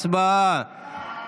הצבעה.